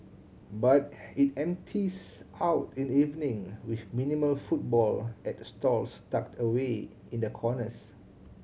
but it empties out in the evening with minimal footfall at stalls tucked away in the corners